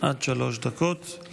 עד שלוש דקות לרשותך.